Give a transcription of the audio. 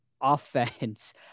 offense